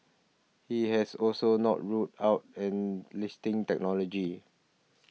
he has also not ruled out enlisting technology